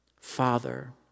Father